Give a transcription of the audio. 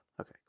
Okay